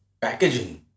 packaging